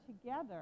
together